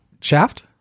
shaft